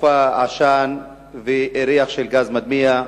אפופה עשן וריח של גז מדמיע,